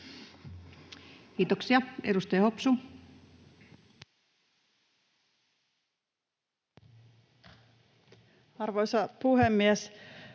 Kiitoksia. — Edustaja Hopsu. Arvoisa puhemies!